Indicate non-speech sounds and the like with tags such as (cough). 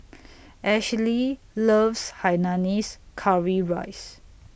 (noise) Ashely loves Hainanese Curry Rice